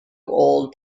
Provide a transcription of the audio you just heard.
old